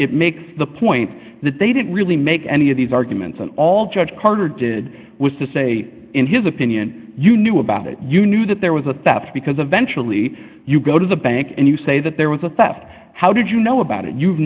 it makes the point that they didn't really make any of these arguments and all judge carter did was to say in his opinion you knew about it you knew that there was a theft because eventually you go to the bank and you say that there was a theft how did you know about it you've